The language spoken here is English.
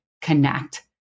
connect